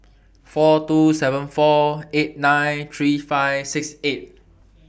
four two seven four eight nine three five six eight